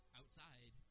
outside